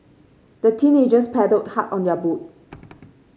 the teenagers paddled hard on their boat